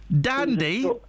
Dandy